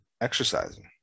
exercising